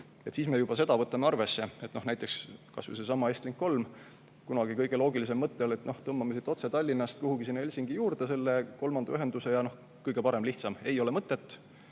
siis me juba võtame seda arvesse. Näiteks kas või seesama Estlink3. Kunagi kõige loogilisem mõte oli, et tõmbame siit otse Tallinnast kuhugi sinna Helsingi juurde selle kolmanda ühenduse ja nii ongi kõige parem, lihtsam. Ei ole mõtet.